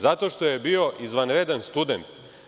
Zato što je bio izvanredan student.